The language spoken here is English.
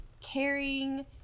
caring